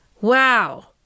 wow